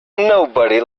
nobody